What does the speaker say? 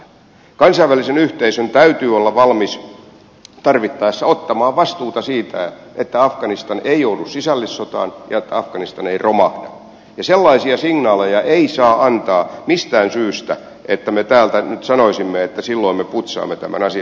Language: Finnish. kansainvälisen yhteisön täytyy olla valmis tarvittaessa ottamaan vastuuta siitä että afganistan ei joudu sisällissotaan ja että afganistan ei romahda ja sellaisia signaaleja ei saa antaa mistään syystä että me täältä nyt sanoisimme että silloin me putsaamme tämän asian